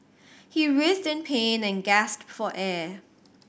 he writhed in pain and gasped for air